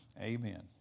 Amen